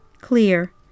clear